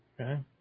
Okay